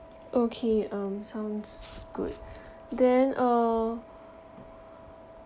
okay um sounds good then uh